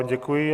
Děkuji.